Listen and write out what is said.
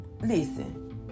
listen